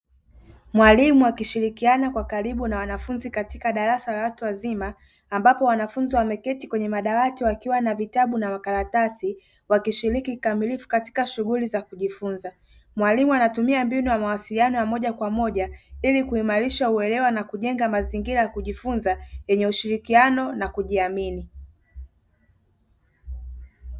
Mwalimu akishirikiana kwa karibu na wanafunzi katika darasa la watu wazima, ambapo wanafunzi wameketi kwenye madawati wakiwa na vitabu na makaratasi. Wakishiriki kikamilifu katika shughuli za kujifunza. Mwalimu anatumia mbinu ya mawasiliano ya moja kwa moja, ili kuimarisha uelewa na kujenga mazingira ya kujifunza yenye ushirikiano na kujiamini.